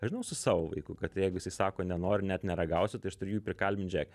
žinau su savo vaiku kad jeigu jisai sako nenoriu net neragausiu tai aš turiu jį prikalbint žiūrėk